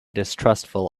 distrustful